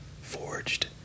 Forged